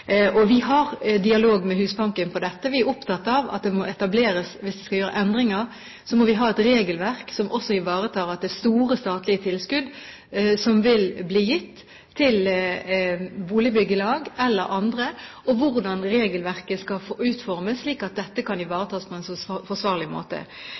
Vi har dialog med Husbanken om dette. Vi er opptatt av at det må etableres. Hvis det skal gjøres endringer, må vi ha et regelverk som også ivaretar at det er store, statlige tilskudd som vil bli gitt til boligbyggelag eller andre – og regelverket må utformes slik at dette kan ivaretas på en forsvarlig måte.